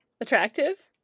attractive